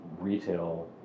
retail